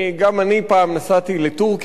גם אני פעם נסעתי לטורקיה,